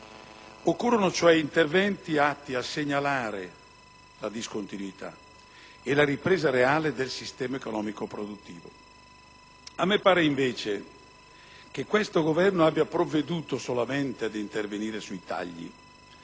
Occorrono cioè interventi atti a segnare la discontinuità e la ripresa reale del sistema economico-produttivo. A me pare, invece, che questo Governo abbia provveduto solamente ad intervenire con tagli,